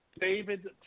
David